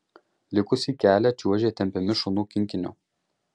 likusį kelią čiuožė tempiami šunų kinkinio